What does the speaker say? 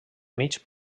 mig